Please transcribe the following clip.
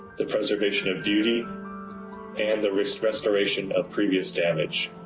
the preservation of beauty and the restoration of previous damage.